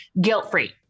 guilt-free